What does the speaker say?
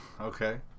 Okay